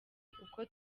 uko